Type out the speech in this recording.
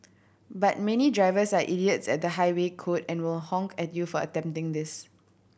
but many drivers are idiots at the highway code and will honk at you for attempting this